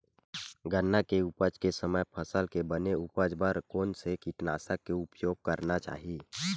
गन्ना के उपज के समय फसल के बने उपज बर कोन से कीटनाशक के उपयोग करना चाहि?